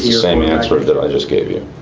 same answer that i just gave you